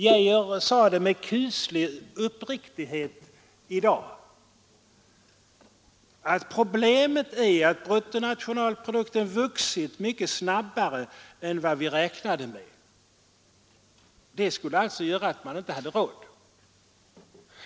Herr Arne Geijer i Stockholm sade med kuslig uppriktighet i dag att problemet är att bruttonationalprodukten vuxit mycket snabbare än vad vi räknade med. Det skulle alltså göra att man inte hade råd!